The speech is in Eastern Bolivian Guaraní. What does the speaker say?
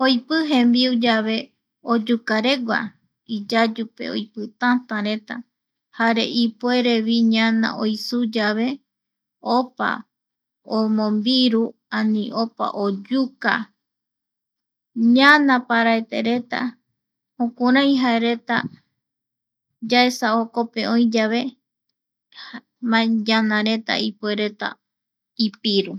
Oipi jembiu yave oyukaregua, iyayupe oipii tätäreta jare ipuerevi ñana oisu yave opa, omombiru ani opa oyuka, ñana paraete reta jokurai jaereta...Yaesa jokope oï yave ñanareta ipuereta ipiru.